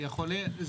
אני מזכיר,